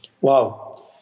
wow